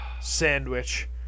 Sandwich